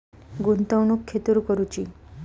गुंतवणुक खेतुर करूची?